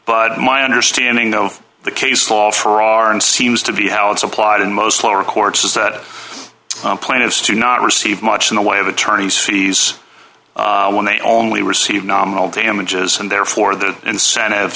but my understanding though the case law farrar and seems to be how it's applied in most lower courts is that plan is to not receive much in the way of attorney's fees when they only receive nominal damages and therefore the incentive